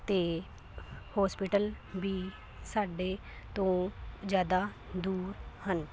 ਅਤੇ ਹੋਸਪਿਟਲ ਵੀ ਸਾਡੇ ਤੋਂ ਜ਼ਿਆਦਾ ਦੂਰ ਹਨ